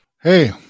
Hey